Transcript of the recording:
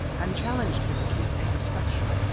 and challenged him to a discussion.